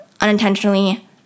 unintentionally